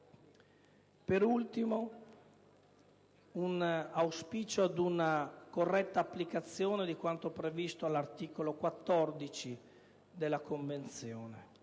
Per ultimo, esprimo l'auspicio ad una corretta applicazione di quanto previsto all'articolo 14 della Convenzione.